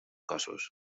cossos